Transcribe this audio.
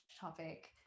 topic